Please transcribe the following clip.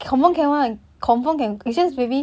then then